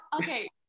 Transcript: okay